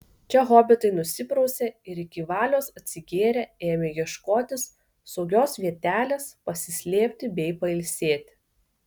čia hobitai nusiprausė ir iki valios atsigėrę ėmė ieškotis saugios vietelės pasislėpti bei pailsėti